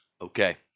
Okay